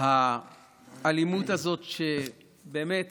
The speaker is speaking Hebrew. האלימות הזאת, שבאמת